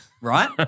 Right